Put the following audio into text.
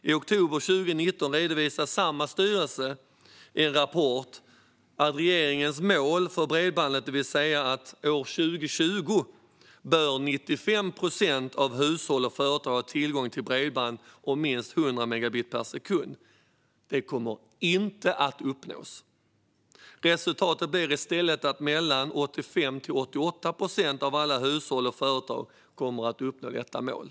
I oktober 2019 redovisade samma styrelse i en rapport att regeringens mål för bredbandet, det vill säga att år 2020 bör 95 procent av hushåll och företag ha tillgång till bredband om minst 100 megabit per sekund, inte kommer att uppnås. Resultatet blir i stället att mellan 85 och 88 procent av alla hushåll och företag kommer att uppnå detta mål.